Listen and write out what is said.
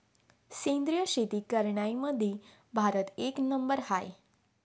सेंद्रिय शेती करनाऱ्याईमंधी भारत एक नंबरवर हाय